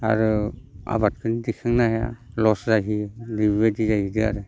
आरो आबादखौ दैखांनो हाया लस जाहैयो बेबायदि जायो आरो